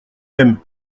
même